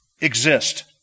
exist